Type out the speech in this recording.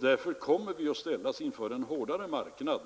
Därför kommer vi självfallet att ställas inför en hårdare marknad